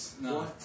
No